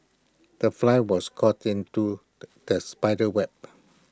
the fly was caught into the spider's web